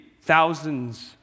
thousands